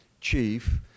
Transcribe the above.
chief